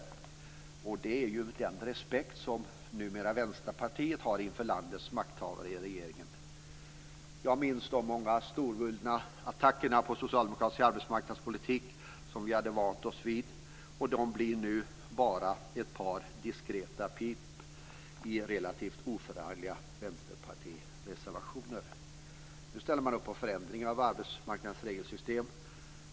Det är den respekt som Vänsterpartiet numera har inför landets makthavare i regeringen. Jag minns de storvulna attackerna på socialdemokratisk arbetsmarknadspolitik som vi hade vant oss vid. De blir nu bara ett par diskreta pip i relativt oförargliga vänsterpartireservationer. Nu ställer man upp på förändringar av arbetsmarknadens regelsystem.